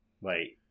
Wait